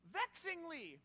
vexingly